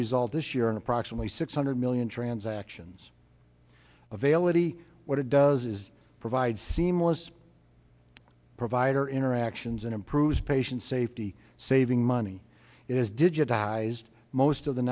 resolve this year in approximately six hundred million transactions availably what it does is provide seamless provider interactions and improves patient safety saving money is digitized most of the